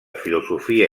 filosofia